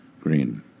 Green